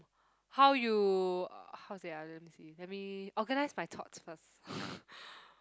how you uh how to say ah let me see let me organise my thoughts first